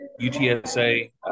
UTSA